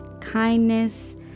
kindness